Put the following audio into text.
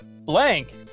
Blank